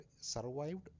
survived